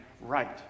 right